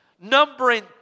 numbering